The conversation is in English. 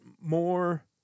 more